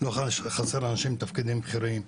לא חסר לאנשים תפקידים בכירים,